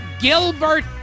Gilbert